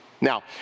Now